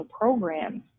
programs